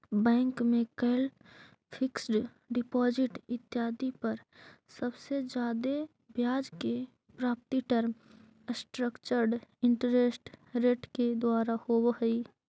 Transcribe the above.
bank में कैल fixed deposit इत्यादि पर सबसे जादे ब्याज के प्राप्ति टर्म स्ट्रक्चर्ड इंटरेस्ट रेट के द्वारा होवऽ हई